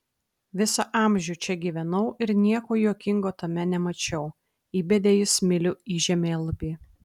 visą amžių čia gyvenau ir nieko juokingo tame nemačiau įbedė jis smilių į žemėlapį